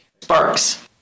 Sparks